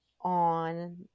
on